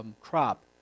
crop